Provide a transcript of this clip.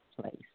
place